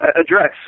address